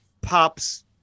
pops